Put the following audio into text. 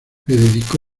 dedicó